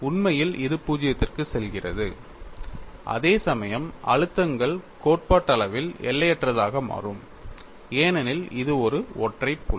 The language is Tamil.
உண்மையில் இது 0 க்குச் செல்கிறது அதேசமயம் அழுத்தங்கள் கோட்பாட்டளவில் எல்லையற்றதாக மாறும் ஏனெனில் இது ஒரு ஒற்றை புள்ளி